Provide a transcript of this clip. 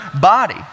body